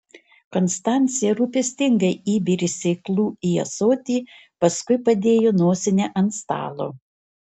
konstancija rūpestingai įbėrė sėklų į ąsotį paskui padėjo nosinę ant stalo